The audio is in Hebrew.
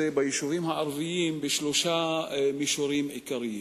ביישובים הערביים בשלושה מישורים עיקריים.